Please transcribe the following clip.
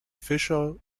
fischer